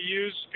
use